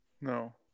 No